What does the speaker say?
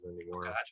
anymore